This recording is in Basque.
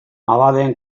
abadeen